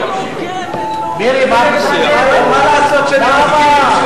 מה אתם מתרגשים?